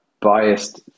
biased